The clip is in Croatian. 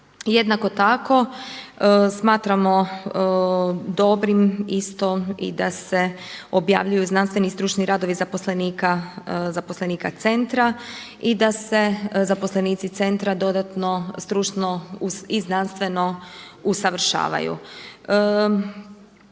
Jednako tako smatramo dobrim isto i da se objavljuju znanstveni i stručni radovi zaposlenika centra i da se zaposlenici centra dodatno stručno i znanstveno usavršavaju.